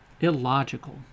illogical